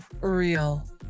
real